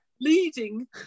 leading